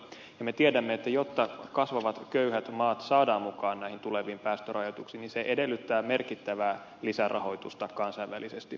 me tiedämme että jotta kasvavat köyhät maat saadaan mukaan näihin tuleviin päästörajoituksiin niin se edellyttää merkittävää lisärahoitusta kansainvälisesti